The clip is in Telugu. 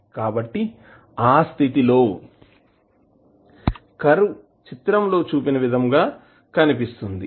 కాబట్టి ఆ స్థితి లో కర్వ్ చిత్రంలో చూపిన విధంగా కనిపిస్తుంది